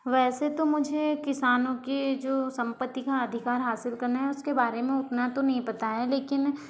वैसे तो मुझे किसानों के जो संपत्ति का अधिकार हासिल करना है उसके बारे में उतना तो नहीं पता है लेकिन